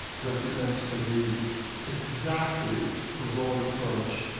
represents for me exactly the wrong approach,